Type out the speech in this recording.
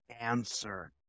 answer